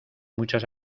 muchas